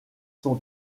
son